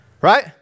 right